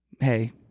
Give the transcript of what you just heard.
hey